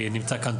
נמצא כאן,